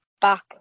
back